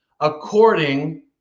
according